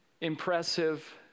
impressive